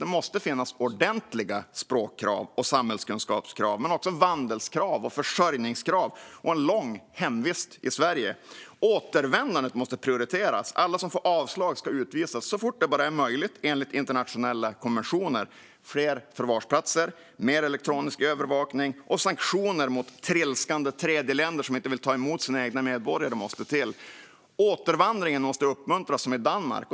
Det måste finnas ordentliga språkkrav och samhällskunskapskrav men också vandelskrav, försörjningskrav och krav på lång hemvist i Sverige. Återvändandet måste prioriteras. Alla som får avslag ska utvisas så fort det bara är möjligt enligt internationella konventioner. Fler förvarsplatser, mer elektronisk övervakning och sanktioner mot trilskande tredjeländer som inte vill ta emot sina egna medborgare måste till. Återvandringen måste uppmuntras, som i Danmark.